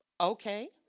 Okay